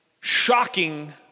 shocking